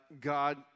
God